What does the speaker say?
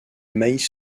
maïs